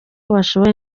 ashoboye